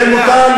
זה מוטל,